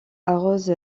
arrose